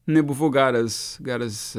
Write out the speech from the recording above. nebuvau gavęs gavęs